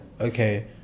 okay